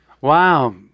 wow